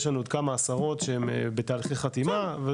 יש לנו עוד כמה עשרות שהם בתהליכי חתימה.